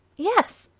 yes.